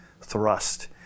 thrust